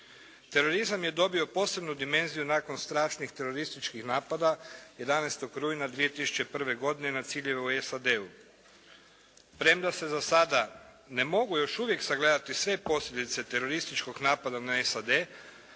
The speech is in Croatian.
Terorizam je dobio posebnu dimenziju nakon strašnih terorističkih napada 11. rujna 2001. godine na ciljeve u SAD-u. Premda se za sada ne mogu još uvijek sagledati sve posljedice terorističkog napada na SAD